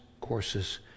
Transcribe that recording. courses